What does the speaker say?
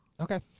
Okay